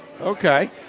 Okay